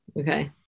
Okay